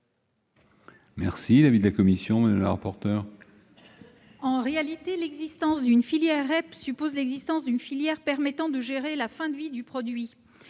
est l'avis de la commission ? En réalité, l'existence d'une filière REP suppose l'existence d'une filière permettant de gérer la fin de vie du produit.